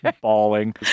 bawling